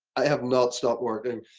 i have not stopped working.